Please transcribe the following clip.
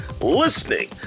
listening